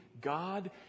God